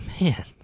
man